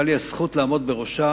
שהיתה לי הזכות לעמוד בראשה,